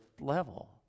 level